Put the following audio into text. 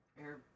air